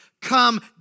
come